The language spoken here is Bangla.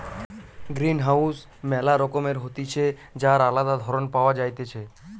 গ্রিনহাউস ম্যালা রকমের হতিছে যার আলদা ধরণ পাওয়া যাইতেছে